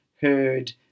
heard